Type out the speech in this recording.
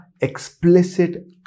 explicit